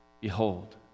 behold